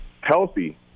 healthy